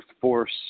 force